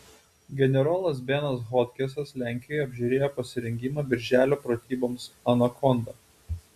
generolas benas hodgesas lenkijoje apžiūrėjo pasirengimą birželio pratyboms anakonda